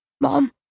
Mom